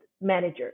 manager